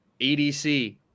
EDC